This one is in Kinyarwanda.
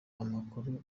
amakuru